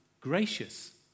gracious